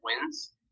wins